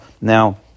now